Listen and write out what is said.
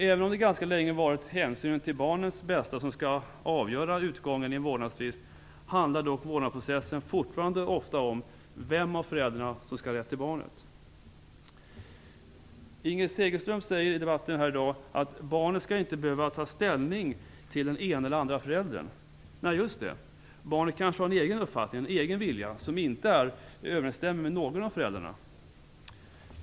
Även om det ganska länge varit hänsynen till barnets bästa som skall avgöra utgången i en vårdnadstvist, handlar dock vårdnadsprocessen fortfarande ofta om vem av föräldrarna som skall ha rätt till barnet. Inger Segelström säger i debatten här i dag att barnet inte skall behöva ta ställning till den ene eller andre föräldern. Nej, just det. Barnet kanske har en egen uppfattning och en egen vilja som inte överensstämmer med den hos någon av föräldrarna.